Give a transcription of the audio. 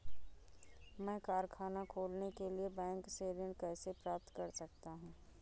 मैं कारखाना खोलने के लिए बैंक से ऋण कैसे प्राप्त कर सकता हूँ?